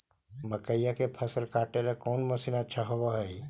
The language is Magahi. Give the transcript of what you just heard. मकइया के फसल काटेला कौन मशीन अच्छा होव हई?